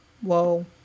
whoa